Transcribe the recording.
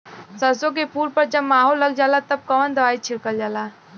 सरसो के फूल पर जब माहो लग जाला तब कवन दवाई छिड़कल जाला?